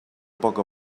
poc